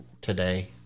today